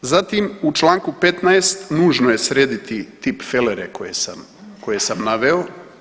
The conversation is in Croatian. Zatim u članku 15. nužno je srediti tipfelere koje sam naveo.